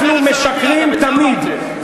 אנחנו משקרים תמיד.